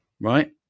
right